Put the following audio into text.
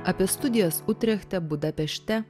apie studijas utrechte budapešte